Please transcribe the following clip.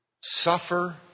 suffer